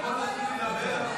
בינתיים תדבר.